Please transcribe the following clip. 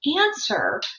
answer